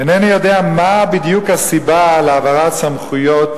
אינני יודע מה בדיוק הסיבה להעברת סמכויות